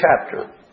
chapter